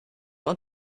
want